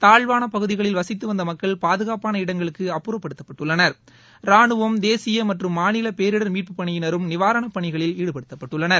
தாழ்வான பகுதிகளில் வசித்து வந்த மக்கள் பாதுகாப்பான இடங்களுக்கு அப்புறப்படுத்தப்பட்டுள்ளனர் தேசிய மற்றும் ராணுவம் மாநில பேரிடர் நிவாரணப் பணிகளில் ஈடுபடுத்தப்பட்டுள்ளனர்